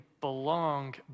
belong